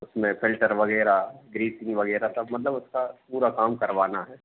उसमें फिल्टर वगैरह ग्रीसिंग वगैरह सब मतलब उसका पूरा काम करवाना है